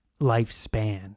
lifespan